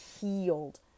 healed